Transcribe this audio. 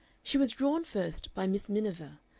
she was drawn first by miss miniver,